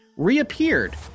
reappeared